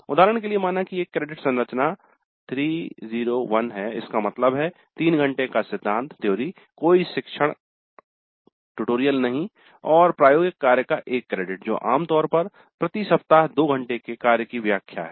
उदाहरण के लिए माना कि एक क्रेडिट संरचना 301 है इसका मतलब है तीन घंटे का सिद्धांत थ्योरी कोई शिक्षण ट्यूटोरियल Tutorial नहीं और प्रायोगिक कार्य का एक क्रेडिट जो आम तौर पर प्रति सप्ताह दो घंटे के कार्य की व्याख्या है